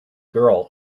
girl